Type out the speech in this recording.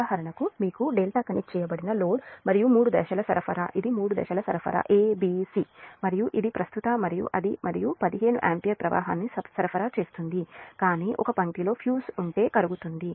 ఉదాహరణకు మీకు delta connect చేయబడిన లోడ్ మరియు మూడు దశల సరఫరా ఇది మూడు దశల సరఫరా a b c మరియు ఇది ప్రస్తుత మరియు అది మరియు 15 ఆంపియర్ ప్రవాహాన్ని సరఫరా చేస్తుంది కానీ ఒక పంక్తిలో ఫ్యూజ్ ఉంటే కరుగుతుంది